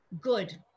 good